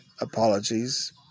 Apologies